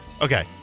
Okay